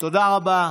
תודה רבה.